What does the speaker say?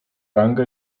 ranga